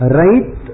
right